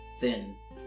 thin